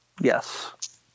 Yes